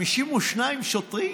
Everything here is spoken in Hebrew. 52 שוטרים